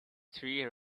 three